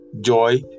joy